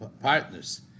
partners